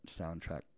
soundtrack